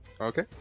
Okay